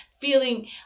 feeling